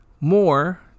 more